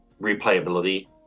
replayability